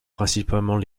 principalement